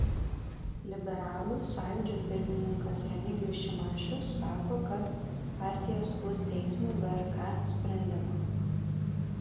liberalų sąjūdžio pirmininkas remigijus šimašius sako kad partija skųs teismui vrk sprendimą